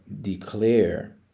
declare